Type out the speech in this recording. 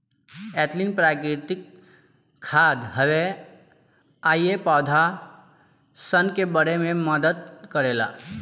ethylene प्राकृतिक खाद हवे आ इ पौधा सन के बढ़े में मदद करेला